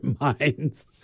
minds